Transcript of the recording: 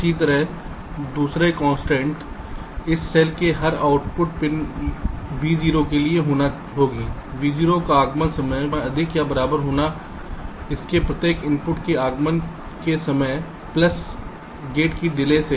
इसी तरह दूसरी कंस्ट्रेंट्स एक सेल के हर आउटपुट पिन vo के लिए होगी vo का आगमन समय vo का आगमन समय अधिक या बराबर होगा इसके प्रत्येक इनपुट के आगमन के समय प्लस गेट की डिले से